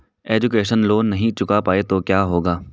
Education loan नहीं चुका पाए तो क्या होगा?